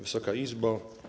Wysoka Izbo!